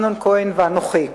אמנון כהן ואנוכי.